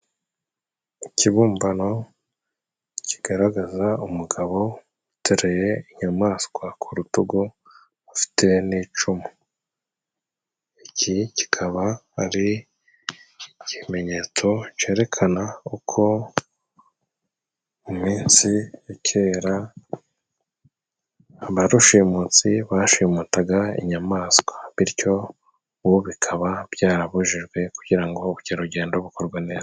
Ikibumbano kigaragaza umugabo uteruye inyamaswa ku rutugu ufite n'icumu. Iki kikaba ari ikimenyetso kerekana uko mu minsi ya kera barushimusi bashimutaga inyamaswa bityo ubu bikaba byarabujijwe kugira ngo ubukerarugendo bukorwe neza.